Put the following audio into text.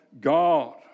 God